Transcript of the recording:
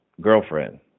girlfriend